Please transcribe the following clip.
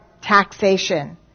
taxation